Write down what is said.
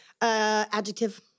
Adjective